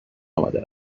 آمده